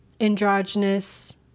androgynous